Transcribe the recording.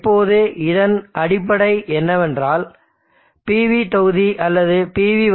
இப்போது இதன் அடிப்படை என்னவென்றால் PV தொகுதி அல்லது PV